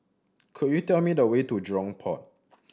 could you tell me the way to Jurong Port